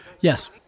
Yes